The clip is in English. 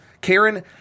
Karen